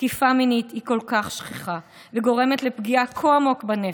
תקיפה מינית היא כל כך שכיחה וגורמת לפגיעה כה עמוק בנפש,